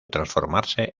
transformarse